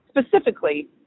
specifically